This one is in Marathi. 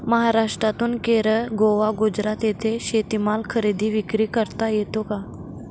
महाराष्ट्रातून केरळ, गोवा, गुजरात येथे शेतीमाल खरेदी विक्री करता येतो का?